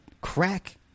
crack